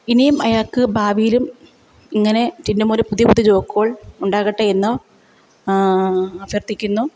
ഇനിയും അയാൾക്കു ഭാവിയിലും ഇങ്ങനെ ടിൻറ്റു മോൻ്റെ പുതിയ പുതിയ ജോക്കുകൾ ഉണ്ടാകട്ടെ എന്ന് അഭ്യർത്ഥിക്കുന്നു